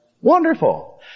Wonderful